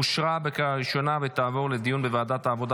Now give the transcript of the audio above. אושרה בקריאה ראשונה ותעבור לדיון בוועדת העבודה